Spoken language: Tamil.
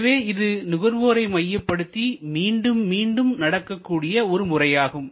எனவே இது நுகர்வோரை மையப்படுத்தி மீண்டும் மீண்டும் நடக்கக்கூடிய ஒரு முறையாகும்